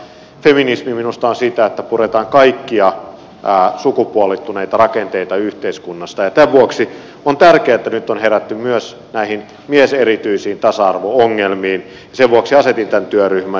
feminismi minusta on sitä että puretaan kaikkia sukupuolittuneita rakenteita yhteiskunnasta ja tämän vuoksi on tärkeää että nyt on herätty myös mieserityisiin tasa arvo ongelmiin ja sen vuoksi asetin tämän työryhmän